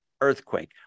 earthquake